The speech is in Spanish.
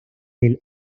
del